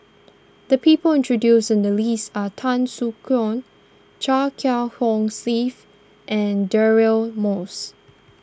the people introduce in the list are Tan Soo Khoon Chia Kiah Hong Steve and Deirdre Moss